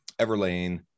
Everlane